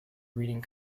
reading